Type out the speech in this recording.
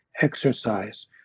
exercise